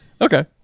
Okay